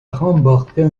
remporter